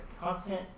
content